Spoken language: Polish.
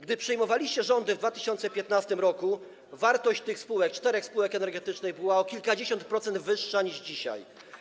Gdy przejmowaliście rządy w 2015 r., wartość czterech spółek energetycznych była o kilkadziesiąt procent wyższa niż dzisiaj.